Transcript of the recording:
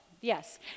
yes